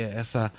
essa